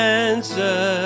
answer